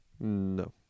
No